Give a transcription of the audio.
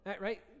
right